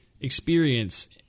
experience